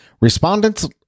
respondents